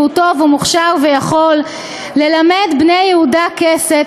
טוב ומוכשר ויכול ללמד בני יהודה קסת.